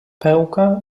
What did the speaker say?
pęka